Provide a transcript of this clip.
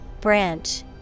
Branch